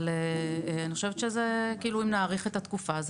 אבל אני חושבת שאם נאריך את התקופה זה